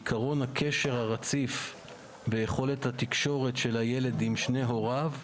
עיקרון הקשר הרציף ויכולת התקשורת של הילד עם שני הוריו,